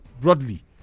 broadly